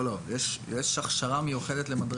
לא, לא, יש הכשרה מיוחדת למדריכים.